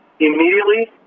immediately